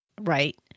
right